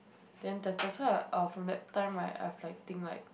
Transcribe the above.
then that that's why I will from that time right I have like think like